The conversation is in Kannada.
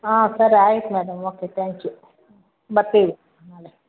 ಹಾಂ ಸರಿ ಆಯ್ತು ಮೇಡಮ್ ಓಕೆ ಥ್ಯಾಂಕ್ ಯು ಬರ್ತೀವಿ ನಾಳೆ